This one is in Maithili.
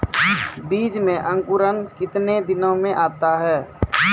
बीज मे अंकुरण कितने दिनों मे आता हैं?